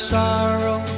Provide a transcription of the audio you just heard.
sorrow